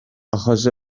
achos